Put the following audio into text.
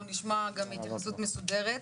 תכף נשמע גם התייחסות מסודרת.